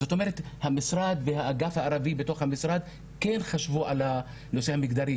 המשרד והאגף הערבי בתוך המשרד כן חשבו על הנושא המגדרי.